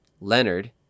Leonard